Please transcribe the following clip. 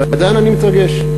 ועדיין אני מתרגש,